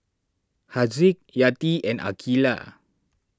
Haziq Yati and Aqeelah